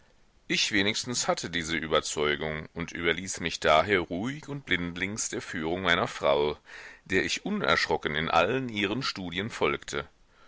ich wenigstens hatte diese überzeugung und überließ mich daher ruhig und blindlings der führung meiner frau der ich unerschrocken in allen ihren studien folgte